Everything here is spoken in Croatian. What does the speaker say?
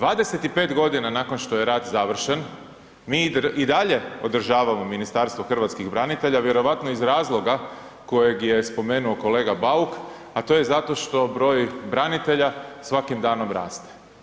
25 godina nakon što je rat završen, mi i dalje održavamo Ministarstvo hrvatskih branitelja, vjerojatno iz razloga kojeg je spomenuo kolega Bauk, a to je zato što broj branitelja svakim danom raste.